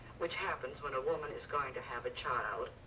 which happens when a woman is going to have a child,